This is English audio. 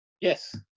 Yes